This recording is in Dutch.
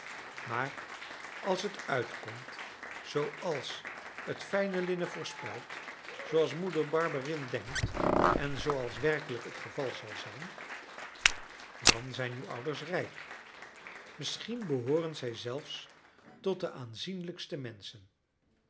maar als het uitkomt zooals het fijne linnen voorspelt zooals moeder barberin denkt en zooals werkelijk het geval zal zijn dan zijn uw ouders rijk misschien behooren zij zelfs tot de aanzienlijkste menschen